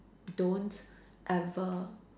don't ever